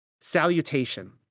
Salutation